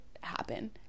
happen